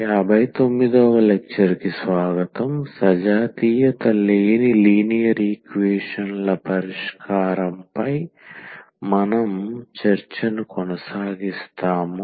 59 వ లెక్చర్ కి స్వాగతం సజాతీయత లేని లీనియర్ ఈక్వేషన్ ల పరిష్కారంపై మన చర్చను కొనసాగిస్తాము